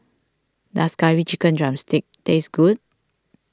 does Curry Chicken Drumstick taste good